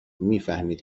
میفهمید